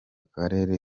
karere